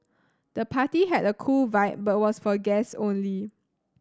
the party had a cool vibe but was for guests only